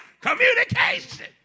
Communication